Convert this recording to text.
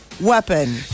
weapon